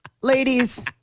Ladies